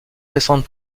récente